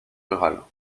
rurales